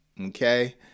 okay